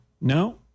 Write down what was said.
No